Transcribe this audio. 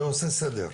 זה עושה סדר.